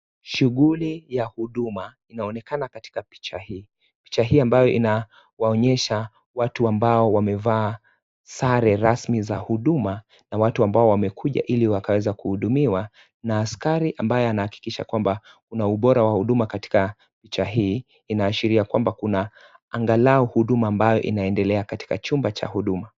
Shughuli ya huduma inaonekana katika picha hii. Picha hii ambayo inawaonyesha watu ambao wamevaa sare rasmi za huduma, na watu ambao wamekuja ili wakaweza kuhudumiwa , na askari ambaye anahakikisha kwamba kuna ubora wa huduma katika picha hii, inaashiria kwamba kuna angalau huduma ambayo inaendelea katika chumba ha huduma.